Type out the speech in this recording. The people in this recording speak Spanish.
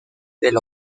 del